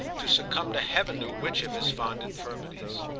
to succumb to heaven knew which of his fond infirmities.